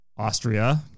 Austria